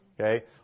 okay